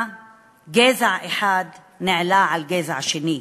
שבה גזע אחד נעלה על גזע שני.